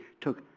took